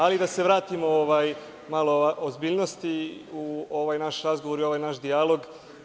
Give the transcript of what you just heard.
Ali, da se vratimo malo ozbiljnosti u ovaj naš razgovor i ovaj naš dijalog.